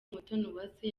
umutoniwase